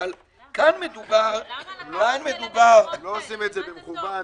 אבל כאן מדובר- -- הם לא עושים את זה במכוון,